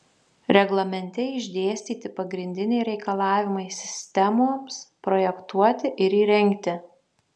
reglamente išdėstyti pagrindiniai reikalavimai sistemoms projektuoti ir įrengti